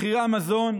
מחירי המזון,